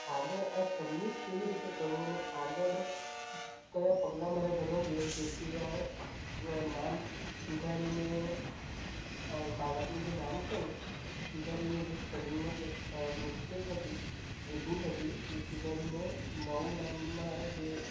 આગળ આ સબમિટ કેવી રીતે કરવું ને આગળ કયા પગલાં મારે ભરવા જોઈએ જેથી આ નામ સુધારીને આ બાળકનું જે નામ છે ને સુધારીને જે સ્પેલિંગમાં જે મિસ્ટેક હતી જે ભૂલ હતી તે સુધારીને નવું નામમાં જે